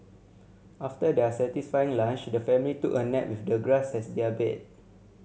after their satisfying lunch the family took a nap with the grass as their bed